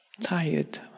Tired